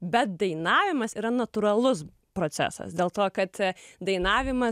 bet dainavimas yra natūralus procesas dėl to kad dainavimas